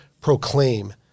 proclaim